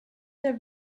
der